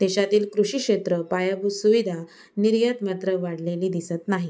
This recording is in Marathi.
देशातील कृषी क्षेत्र पायाभूत सुविधा निर्यात मात्र वाढलेली दिसत नाही